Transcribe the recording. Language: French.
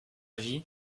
vie